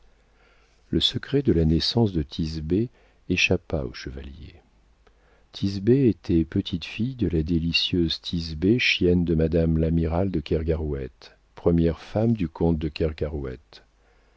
le secret de la naissance de thisbé échappa au chevalier thisbé était petite-fille de la délicieuse thisbé chienne de madame l'amirale de kergarouët première femme du comte de